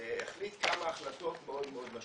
החליט כמה החלטות מאוד מאוד משמעותיות.